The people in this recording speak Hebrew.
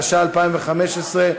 התשע"ה 2015,